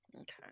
Okay